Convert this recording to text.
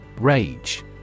Rage